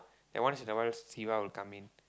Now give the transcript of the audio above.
and once in a while siva will come in